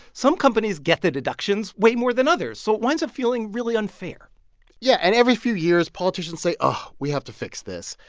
some companies get the deductions way more than others, so it winds up feeling really unfair yeah. and every few years, politicians say oh, we have to fix this.